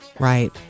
Right